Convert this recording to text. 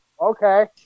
okay